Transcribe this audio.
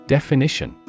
Definition